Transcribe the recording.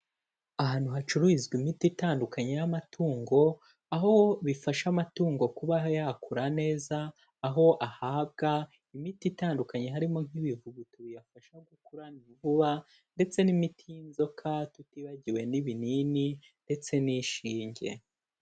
Ahantu hacururizwa imiti itandukanye y'amatungo, aho bifasha amatungo kuba yakura neza, aho ahaga imiti itandukanye harimo nk'ibivugutu biyafasha gukura vuba ndetse n'imiti y'inzoka, tutibagiwe n'ibinini ndetse n'inshinge.